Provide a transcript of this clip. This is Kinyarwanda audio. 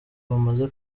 bamaze